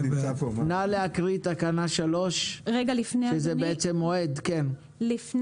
נא לקרוא את תקנה 3. לפני כן,